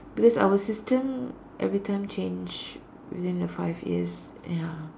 because our system everytime change within the five years ya